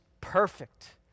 perfect